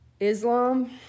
Islam